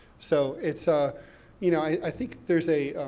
so it's, ah you know, i think there's a,